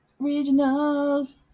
Regionals